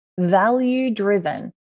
value-driven